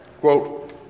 Quote